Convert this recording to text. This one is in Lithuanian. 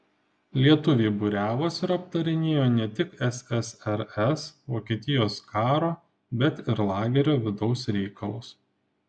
lietuviai būriavosi ir aptarinėjo ne tik ssrs vokietijos karo bet ir lagerio vidaus reikalus